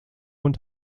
und